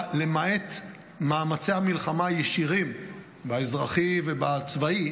למעט מאמציי הישירים באזרחי ובצבאי